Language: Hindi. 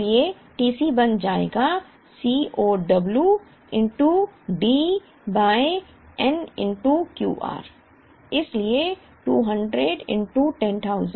इसलिए TC बन जाएगा C o w D by n Q r